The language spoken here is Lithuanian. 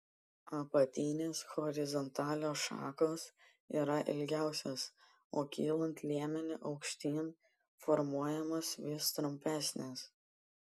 apatinės horizontalios šakos yra ilgiausios o kylant liemeniu aukštyn formuojamos vis trumpesnės